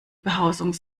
behausung